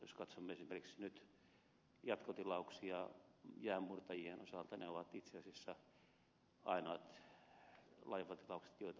jos katsomme esimerkiksi nyt jatkotilauksia jäänmurtajien osalta ne ovat itse asiassa ainoat laivatilaukset joita